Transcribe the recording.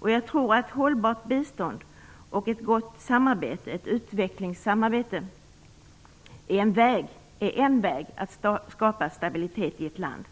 Jag tror att ett hållbart bistånd och ett gott utvecklingssamarbete är en väg att skapa stabilitet i ett land.